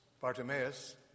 Bartimaeus